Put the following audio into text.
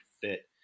fit